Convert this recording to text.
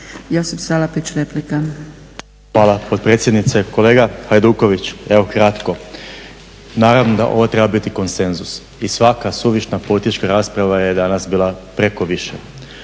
Josip (HDSSB)** Hvala potpredsjednice. Kolega Hajduković, evo kratko. Naravno da ovo treba biti konsenzus i svaka suvišna politička rasprava je danas bila preko više.